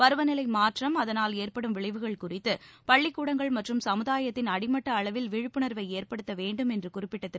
பருவநிலை மாற்றம் அதனால் ஏற்படும் விளைவுகள் குறித்து பள்ளிக் கூடங்கள் மற்றும் சமுதாயத்தின் அடிமட்ட அளவில் விழிப்புணர்வை ஏற்படுத்த வேண்டும் என்று குறிப்பிட்ட திரு